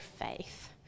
faith